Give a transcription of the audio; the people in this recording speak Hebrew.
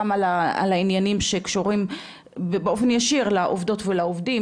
גם על העניינים שקשורים באופן ישיר לעובדות ולעובדים,